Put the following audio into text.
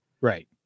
Right